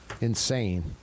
Insane